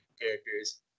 characters